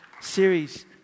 series